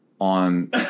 on